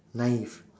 naive